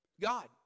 God